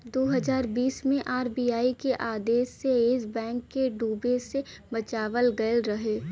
दू हज़ार बीस मे आर.बी.आई के आदेश से येस बैंक के डूबे से बचावल गएल रहे